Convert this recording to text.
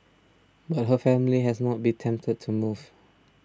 but her family has not been tempted to move